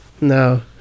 No